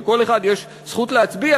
לכל אחד יש זכות להצביע,